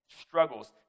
struggles